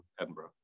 Edinburgh